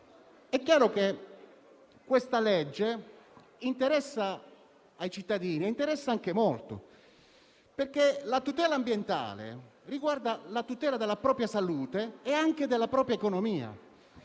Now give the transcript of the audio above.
questa legge interessa ai cittadini e anche molto, perché la tutela ambientale riguarda la tutela della propria salute e anche della propria economia.